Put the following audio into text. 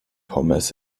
pommes